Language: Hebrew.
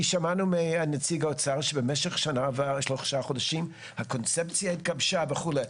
כי שמענו מנציג האוצר שבמשך שנה ושלושה חודשים הקונספציה התגבשה וכו'.